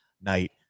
night